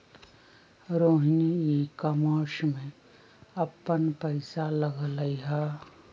Rohini e commerce में अप्पन पैसा लगअलई ह